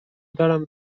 دارم